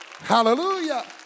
Hallelujah